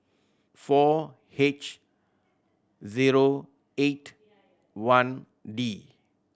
four H zero eight I D